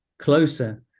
closer